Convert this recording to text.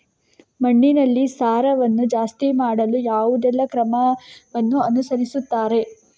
ಮಣ್ಣಿನಲ್ಲಿ ಸಾರವನ್ನು ಜಾಸ್ತಿ ಮಾಡಲು ಯಾವುದೆಲ್ಲ ಕ್ರಮವನ್ನು ಅನುಸರಿಸುತ್ತಾರೆ